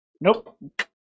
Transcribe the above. Nope